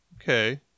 okay